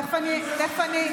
תכף אני,